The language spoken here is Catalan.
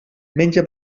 menja